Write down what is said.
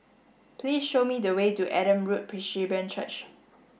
please show me the way to Adam Road Presbyterian Church